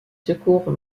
secours